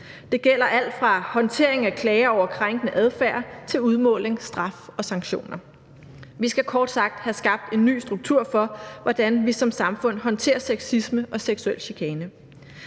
Det gælder alt fra håndtering af klager over krænkende adfærd til udmåling af straf og sanktioner. Vi skal kort sagt have skabt en ny struktur for, hvordan vi som samfund håndterer sexisme og seksuel chikane.